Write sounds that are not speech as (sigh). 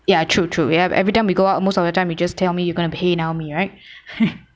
ya true true ya every time we go out most of the time you just tell me you're going to PayNow me right (laughs)